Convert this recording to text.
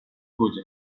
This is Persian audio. گوجه